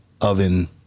oven